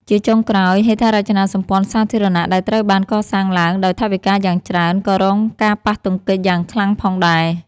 ជាចុងក្រោយ ហេដ្ឋារចនាសម្ព័ន្ធសាធារណៈដែលត្រូវបានកសាងឡើងដោយថវិកាយ៉ាងច្រើន ក៏រងការប៉ះទង្គិចយ៉ាងខ្លាំងផងដែរ។